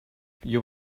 your